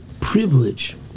privilege